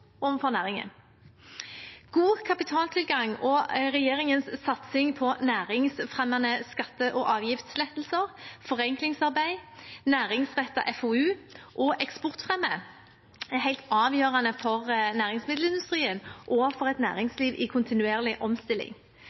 overfor næringen. God kapitaltilgang og regjeringens satsing på næringsfremmende skatte- og avgiftslettelser, forenklingsarbeid, næringsrettet FoU og eksportfremme er helt avgjørende for næringsmiddelindustrien og for et næringsliv i kontinuerlig omstilling.